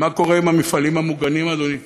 מה קורה עם המפעלים המוגנים, אדוני.